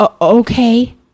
okay